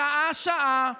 שעה-שעה,